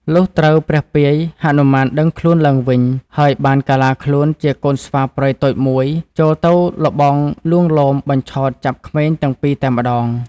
លុះត្រូវព្រះពាយ ហនុមានដឹងខ្លួនឡើងវិញ ហើយបានកាឡាខ្លួនជាកូនស្វាព្រៃតូចមួយចូលទៅល្បងលួងលោមបញ្ឆោតចាប់ក្មេងទាំងពីរតែម្តង។